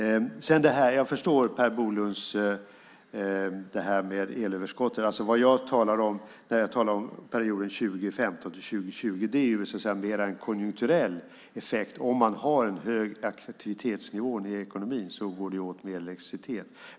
Jag förstår Per Bolunds kommentar om elöverskottet. Vad jag talar om när jag talar om perioden 2015-2020 är en mer konjunkturell effekt. Om man har en hög aktivitetsnivå i ekonomin går det åt mer elektricitet.